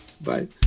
Bye